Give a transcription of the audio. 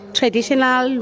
traditional